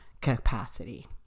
capacity